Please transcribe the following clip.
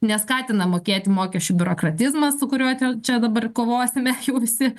neskatina mokėti mokesčių biurokratizmas su kuriuo čia čia dabar kovosime jau visi